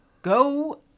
Go